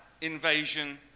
invasion